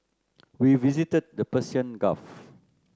We visited the Persian Gulf